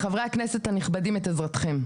חברי הכנסת הנכבדים, אני מבקשת את עזרתכם.